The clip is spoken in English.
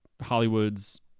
Hollywood's